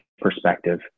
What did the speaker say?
perspective